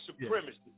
supremacy